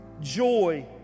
joy